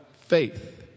Faith